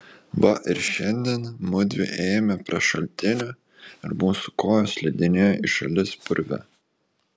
va ir šiandien mudvi ėjome prie šaltinio ir mūsų kojos slidinėjo į šalis purve